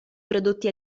prodotti